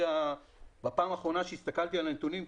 בפעם האחרונה שהסתכלתי על הנתונים,